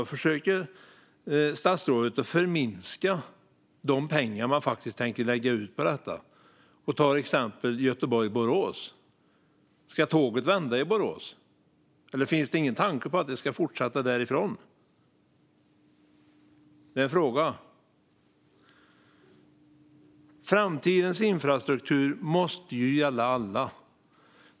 Då försöker statsrådet att förminska de pengar som man faktiskt tänker lägga ut på detta och tar upp exemplet Göteborg-Borås. Ska tåget vända i Borås? Finns det ingen tanke om att det ska fortsätta därifrån? Framtidens infrastruktur måste gälla alla.